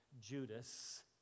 judas